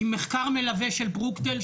עם מחקר מלווה של "ברוקדייל",